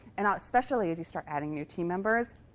and especially as you start adding new team members,